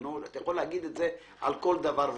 בעניינו של, אתה יכול להגיד את זה על כל דבר ודבר.